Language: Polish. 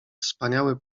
wspaniały